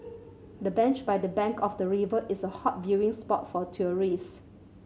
the bench by the bank of the river is a hot viewing spot for tourist